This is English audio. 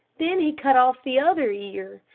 then he cut off the other ear,